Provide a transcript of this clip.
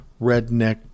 redneck